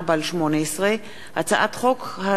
פ/4384/18 וכלה בהצעת חוק פ/4404/18,